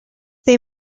they